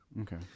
Okay